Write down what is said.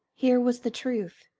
here was the truth,